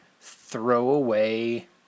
throwaway